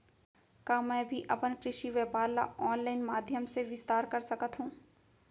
का मैं भी अपन कृषि व्यापार ल ऑनलाइन माधयम से विस्तार कर सकत हो?